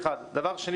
דבר שני.